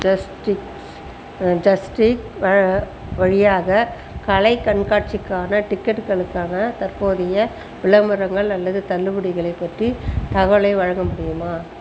justice ஜஸ்டிக் வழியாக கலை கண்காட்சிக்கான டிக்கெட்டுகளுக்கான தற்போதைய விளம்பரங்கள் அல்லது தள்ளுபடிகளை பற்றிய தகவலை வழங்க முடியுமா